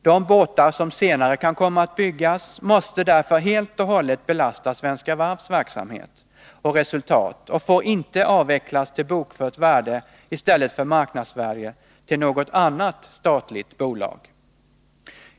De båtar som senare kan komma att byggas måste därför helt och hållet belasta Svenska Varvs verksamhet och resultat och får inte avvecklas till bokfört värde i stället för marknadsvärde till något annat statligt bolag.